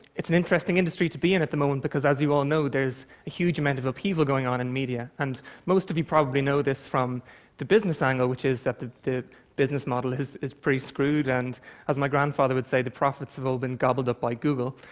it's an interesting industry to be in at the moment, because as you all know, there's a huge amount of upheaval going on in media, and most of you probably know this from the business angle, which is that the the business model is is pretty screwed, and as my grandfather would say, the profits have all been gobbled up by google.